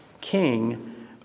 king